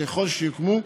ככל שיוקמו,